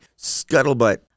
scuttlebutt